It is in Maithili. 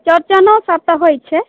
चौड़चनोसभ तऽ होइत छै